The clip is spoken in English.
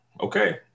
Okay